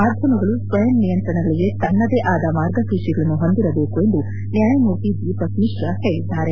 ಮಾಧ್ಯಮಗಳು ಸ್ವಯಂ ನಿಯಂತ್ರಣಗಳಿಗೆ ತನ್ನದೆ ಆದ ಮಾರ್ಗಸೂಚಿಗಳನ್ನು ಹೊಂದಿರಬೇಕು ಎಂದು ನ್ಯಾಯಮೂರ್ತಿ ದೀಪಕ್ ಮಿಶ್ರಾ ಹೇಳಿದರು